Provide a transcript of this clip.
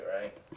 right